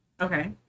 Okay